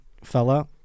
fella